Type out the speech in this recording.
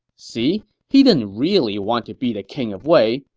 see, he didn't really want to be the king of wei,